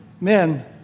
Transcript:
men